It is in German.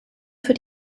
für